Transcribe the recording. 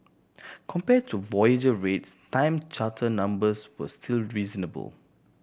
compared to voyage rates time charter numbers were still reasonable